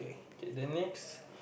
K then next